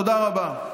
תודה רבה.